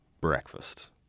breakfast